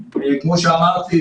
כמו שאמרתי,